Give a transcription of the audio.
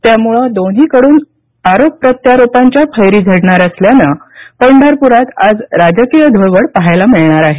त्यामुळे दोन्हीकडून आरोप प्रत्यारोपांच्या फैरी झडणार असल्यानं पंढरपुरात आज राजकीय धुळवड पहायला मिळणार आहे